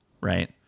right